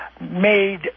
made